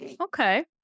Okay